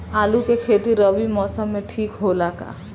आलू के खेती रबी मौसम में ठीक होला का?